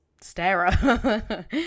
stare